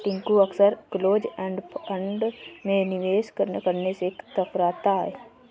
टिंकू अक्सर close end fund में निवेश करने से कतराता है